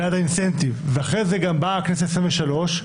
אחרי זה באה הכנסת העשרים ושלוש,